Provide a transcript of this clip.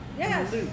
Yes